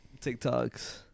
TikToks